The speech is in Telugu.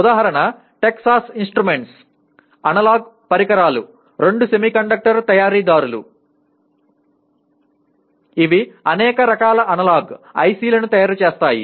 ఉదాహరణ టెక్సాస్ ఇన్స్ట్రుమెంట్స్ అనలాగ్ పరికరాలు రెండు సెమీకండక్టర్ తయారీదారులు ఇవి అనేక రకాల అనలాగ్ ICలను తయారు చేస్తాయి